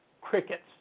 crickets